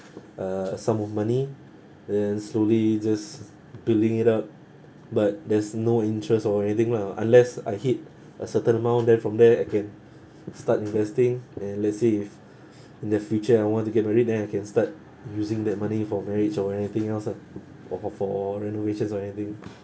uh a sum of money and then slowly just building it up but there's no interest or anything lah unless I hit a certain amount then from there I can start investing and let's say if in the future I want to get married then I can start using that money for marriage or anything else lah or for for renovations or anything